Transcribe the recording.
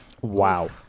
Wow